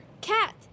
Cat